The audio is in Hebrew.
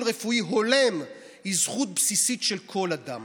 רפואי הולם היא זכות בסיסית של כל אדם,